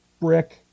brick